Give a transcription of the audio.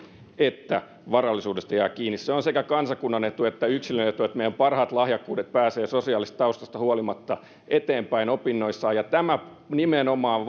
että varallisuudesta jää kiinni se on sekä kansakunnan etu että yksilön etu että meidän parhaat lahjakkuudet pääsevät sosiaalisesta taustasta huolimatta eteenpäin opinnoissaan ja tämä nimenomaan